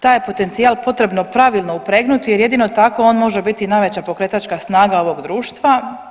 Taj je potencijal potrebno pravilno upregnuti, jer jedino tako on može biti najveća pokretačka snaga ovog društva.